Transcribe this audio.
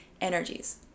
energies